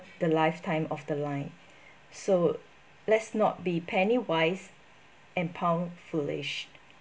the lifetime of the line so let's not be penny wise and pound foolish